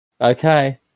Okay